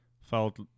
felt